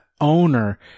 owner